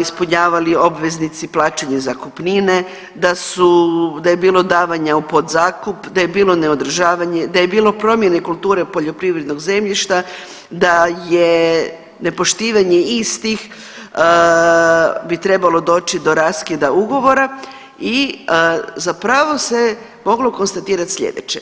ispunjavali obveznici plaćanje zakupnine, da su, da je bilo davanja u podzakup, da je bilo neodržavanje, da je bilo promjene kulture poljoprivrednog zemljišta, da je nepoštivanje istih bi trebalo doći do raskida ugovora i zapravo se moglo konstatirat slijedeće.